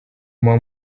muba